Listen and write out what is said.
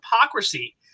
hypocrisy